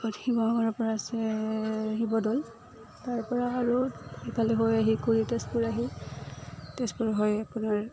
শিৱসাগৰৰপৰা আছে শিৱদৌল তাৰপৰা আৰু সফালে হৈ আহি তেজপুৰ আহি তেজপুৰ হৈ আপোনাৰ